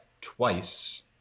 twice